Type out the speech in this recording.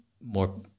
more